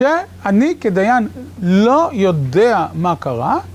ש... אני כדיין לא יודע מה קרה.